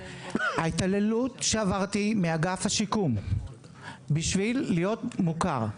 ההתעללות שעברתי מאגף השיקום בשביל להיות מוכר,